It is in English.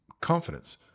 confidence